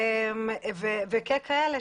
וככאלה,